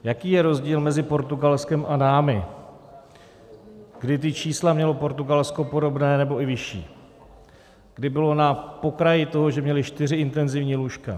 Jaký je rozdíl mezi Portugalskem a námi, kdy ta čísla mělo Portugalsko podobná, nebo i vyšší, kdy bylo na pokraji toho, že měli čtyři intenzivní lůžka?